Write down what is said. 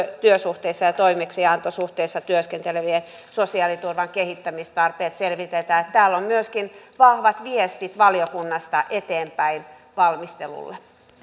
työsuhteessa ja toimeksiantosuhteessa työskentelevien sosiaaliturvan kehittämistarpeet selvitetään tällä on myöskin vahvat viestit valiokunnasta eteenpäin valmistelulle